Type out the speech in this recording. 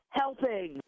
helping